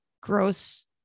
gross